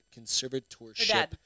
conservatorship